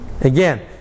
Again